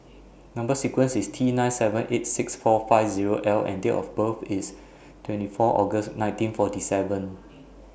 Number sequence IS T nine seven eight six four five Zero L and Date of birth IS twenty four August nineteen forty seven